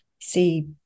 see